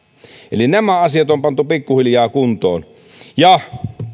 eli nämä asiat on pantu pikkuhiljaa kuntoon